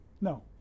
No